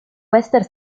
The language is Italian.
western